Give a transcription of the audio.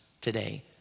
today